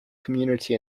community